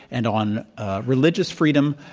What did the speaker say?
and on religious freedom,